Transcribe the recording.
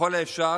יכולים להיפגש.